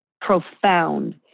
profound